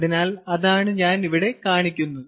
അതിനാൽ അതാണ് ഞാൻ ഇവിടെ കാണിക്കുന്നത്